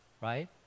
Right